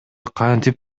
кантип